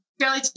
Fairly